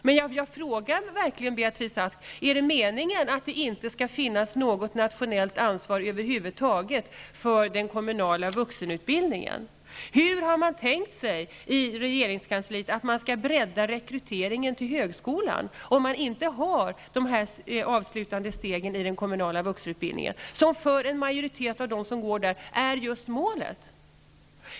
Jag frågar verkligen Beatrice Ask om det är meningen att det inte skall finnas något nationellt ansvar över huvud taget för den kommunala vuxenutbildningen. Hur har man i regeringskansliet tänkt sig att man skall bredda rekryteringen till högskolan om man inte har de avslutande stegen i den kommunala vuxenutbildningen som för en majoritet som går där är målet?